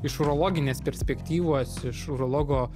iš urologinės perspektyvos iš urologo